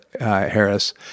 Harris